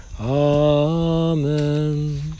Amen